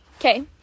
Okay